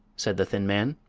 said the thin man,